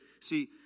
See